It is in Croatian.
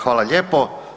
Hvala lijepo.